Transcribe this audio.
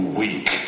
weak